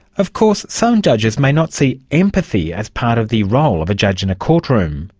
of course some judges may not see empathy as part of the role of a judge in a courtroom.